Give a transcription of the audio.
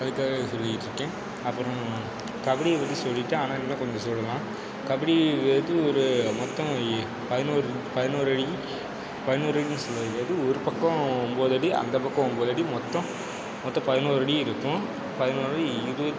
அதுக்காக சொல்லிக்கிட்டுருக்கேன் அப்புறம் கபடியை பற்றி சொல்லிட்டேன் ஆனால் இன்னும் கொஞ்சம் சொல்லலாம் கபடிங்கிறது ஒரு மொத்தோம் பதினோரு பதினோரு பதினோரு உள்ளது எது ஒரு பக்கம் ஒம்போது அடி அந்த பக்கம் ஒம்போது அடி மொத்தம் மொத்தம் பதினோரு அடி இருக்கும் பதினோரு அடி இது